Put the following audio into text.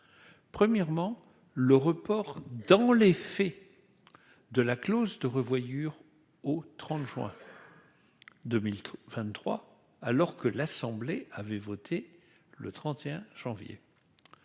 premièrement le report, dans les faits, de la clause de revoyure au 30 juin 2023 alors que l'Assemblée avait voté le 31 janvier